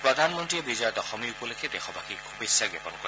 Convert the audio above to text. প্ৰধানমন্ত্ৰীয়ে বিজয়া দশমী উপলক্ষে দেশবাসীক শুভেচ্ছা জ্ঞাপন কৰে